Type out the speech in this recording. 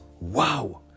Wow